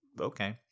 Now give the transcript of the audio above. okay